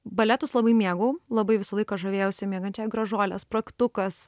baletus labai mėgau labai visą laiką žavėjausi miegančiąja gražuole spragtukas